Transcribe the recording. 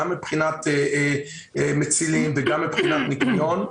גם מבחינת מצילים וגם מבחינת ניקיון.